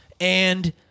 and-